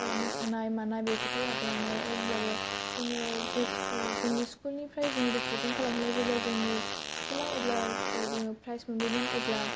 मोसानाय मानाय बेफोरखौ लाबोनानै अब्लाबो जोङो जोंनि स्कुल निफ्राय जों रिफ्रेजेन्ट खालमना जेब्ला जोंनि स्कुला जेब्ला पराइस मोनबोयोमोन अब्ला